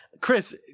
Chris